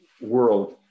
world